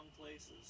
places